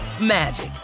magic